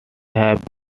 have